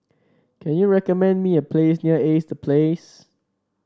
can you recommend me a place near A C E The Place